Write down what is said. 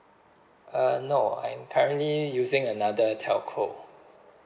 uh no I'm currently using another telco